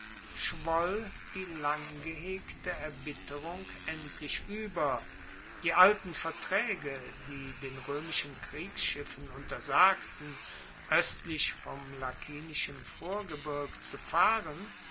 schwoll die langgehegte erbitterung endlich ueber die alten vertraege die den roemischen kriegsschiffen untersagten oestlich vom lakinischen vorgebirg zu fahren